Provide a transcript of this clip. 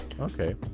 Okay